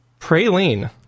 Praline